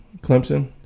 Clemson